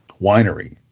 winery